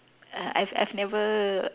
uh I've I've never